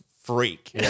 freak